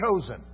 chosen